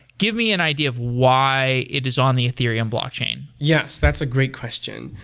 give me an idea of why it is on the ethereum blockchain. yes, that's a great question.